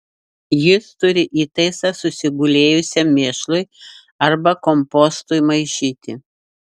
jis turi įtaisą susigulėjusiam mėšlui arba kompostui maišyti